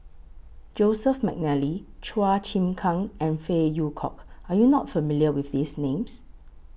Joseph Mcnally Chua Chim Kang and Phey Yew Kok Are YOU not familiar with These Names